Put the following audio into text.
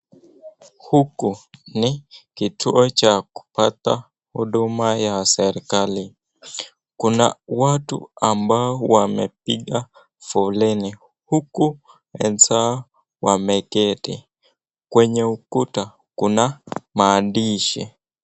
Huku ni kituo cha kupata huduma ya serikali kuna watu ambao wamepiga foleni huku wenzao wameketi kwenye ukuta kuna maandishi.